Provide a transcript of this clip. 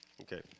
Okay